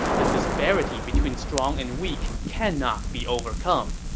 the disparity between strong and weak cannot be overcome.